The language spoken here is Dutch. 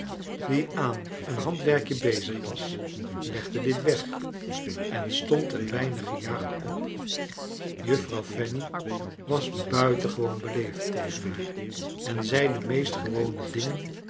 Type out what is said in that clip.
die aan een handwerkje bezig was legde dit weg en stond een weinig gejaagd op juffrouw fanny was buitengewoon beleefd tegen haar en zei de mecst gewone dingen